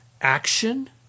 action